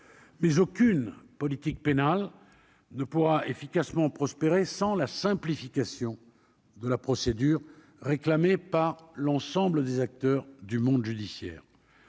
mais aucune politique pénale ne pourra efficacement prospérer sans la simplification de la procédure, réclamée par l'ensemble des acteurs du monde judiciaire,